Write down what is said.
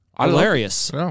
hilarious